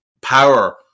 power